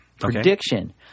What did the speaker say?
Prediction